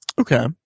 okay